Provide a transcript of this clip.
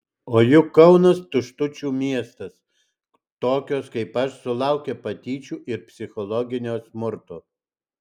o juk kaunas tuštučių miestas tokios kaip aš sulaukia patyčių ir psichologinio smurto